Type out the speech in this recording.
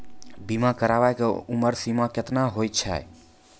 बीमा कराबै के उमर सीमा केतना होय छै?